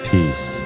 Peace